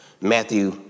Matthew